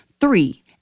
Three